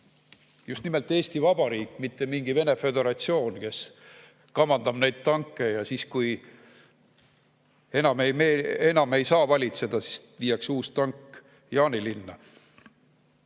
just nimelt Eesti Vabariik, mitte mingi Vene Föderatsioon, kes kamandab neid tanke ja siis, kui enam ei saa valitseda, viiakse uus tank Jaanilinna?